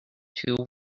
two